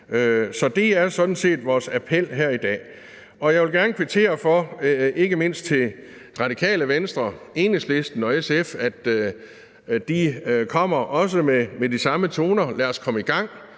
sådan set vores appel her i dag. Jeg vil gerne kvittere, ikke mindst til Det Radikale Venstre, Enhedslisten og SF, for, at de også kommer med de samme toner. Lad os komme i gang.